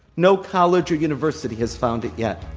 no college or university has found it yet.